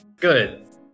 Good